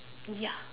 ya